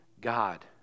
God